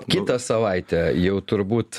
kitą savaitę jau turbūt